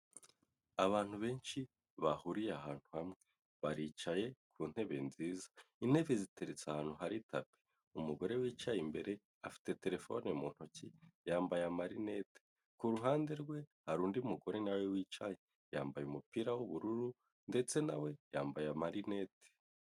Abantu benshi bahuriye ahantu hamwe. Baricaye ku ntebe nziza. Intebe ziteretse ahantu hari tapi. Umugore wicaye imbere afite telefone mu ntoki, yambaye amarinete. Ku ruhande rwe, hari undi mugore na we wicaye. Yambaye umupira w'ubururu ndetse na we yambaye amarinete.